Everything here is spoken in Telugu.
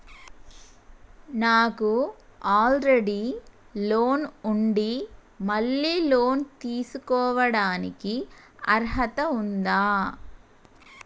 నాకు ఆల్రెడీ లోన్ ఉండి మళ్ళీ లోన్ తీసుకోవడానికి అర్హత ఉందా?